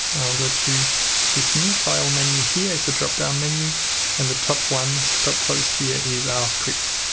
i'll go to this new file menu here it's a drop down menu and the top one, the top choice here is r script.